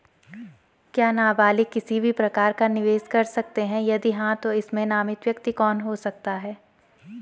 क्या नबालिग किसी भी प्रकार का निवेश कर सकते हैं यदि हाँ तो इसमें नामित व्यक्ति कौन हो सकता हैं?